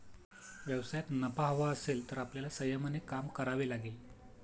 व्यवसायात नफा हवा असेल तर आपल्याला संयमाने काम करावे लागेल